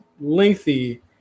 lengthy